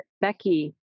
Becky